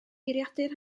geiriadur